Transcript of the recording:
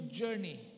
journey